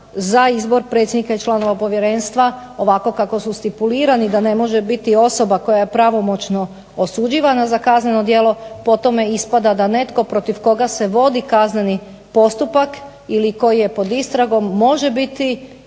za izbor predsjednika i članova povjerenstva ovako kako su stipulirani da ne može biti osoba koja je pravomoćno osuđivana za kazneno djelo po tome ispada da netko protiv koga se vodi kazneni postupak ili koji je pod istragom može biti